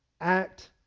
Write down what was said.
act